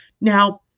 Now